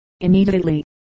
immediately